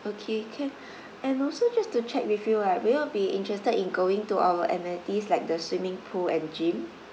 okay can and also just to check with you right will you all be interested in going to our amenities like the swimming pool and gym